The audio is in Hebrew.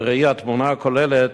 בראי התמונה הכוללת,